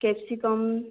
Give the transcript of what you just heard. capsicum